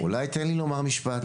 אבל תן לי לומר משפט,